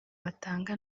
batanga